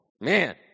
Man